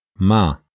Ma